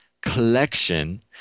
collection